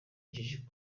injiji